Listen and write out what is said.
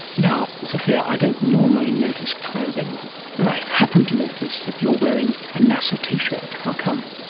now, zofia, i don't normally notice clothing, but i happened to notice that you are wearing a nasa t-shirt. how come?